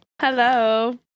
Hello